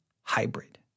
hybrid